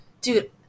Dude